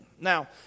Now